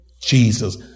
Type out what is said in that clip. Jesus